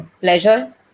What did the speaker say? pleasure